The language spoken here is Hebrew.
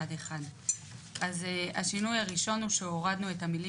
אנחנו בעצם הוספנו כאן הבהרה שהוא יכול לתת